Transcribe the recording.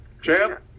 Champ